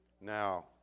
Now